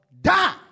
die